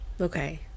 Okay